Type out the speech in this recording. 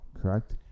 Correct